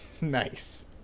Nice